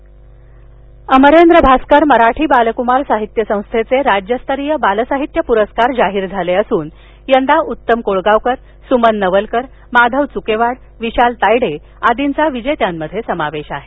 बालकमार अमरेंद्र भास्कर मराठी बालकुमार साहित्य संस्थेचे राज्यस्तरीय बालसाहित्य पुरस्कार जाहीर झाले असून यंदा उत्तम कोळगावकर सुमन नवलकर माधव चुकेवाड विशाल तायडे आदींचा विजेत्यांमध्ये समावेश आहे